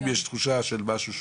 אם יש תחושה של משהו,